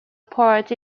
port